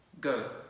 Go